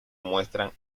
muestran